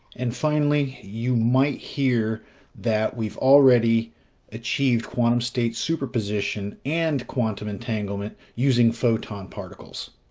and finally, you might hear that we've already achieved quantum state superposition and quantum entanglement using photon particles.